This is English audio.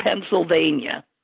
Pennsylvania